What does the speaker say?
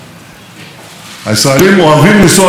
אבל הם גם אוהבים לחזור ארצה,